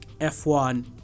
F1